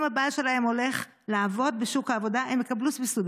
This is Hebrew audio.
אם הבעל שלהן הולך לעבוד בשוק העבודה הן יקבלו סבסוד,